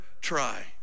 try